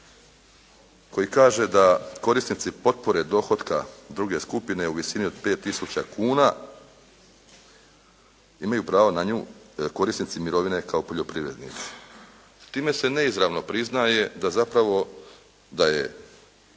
koji kaže da korisnici potpore dohotka druge skupine u visini od 5000 kuna imaju pravo na nju korisnici mirovine kao poljoprivrednici. Time se neizravno priznaje da zapravo, da je